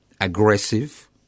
aggressive